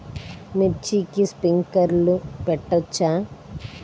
మిర్చికి స్ప్రింక్లర్లు పెట్టవచ్చా?